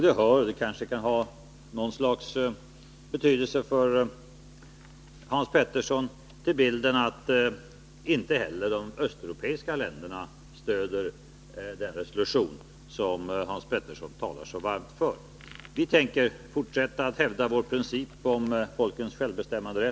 Det hör — och det kanske kan Måndagen den ha någon betydelse för Hans Petersson — också till bilden att inte heller de 24 november 1980 östeuropeiska länderna stöder den resolution som Hans Petersson talar så varmt för. Om förvaring och Vi tänker fortsätta att hävda vår princip om folkens självbestämmanderätt.